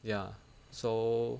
ya so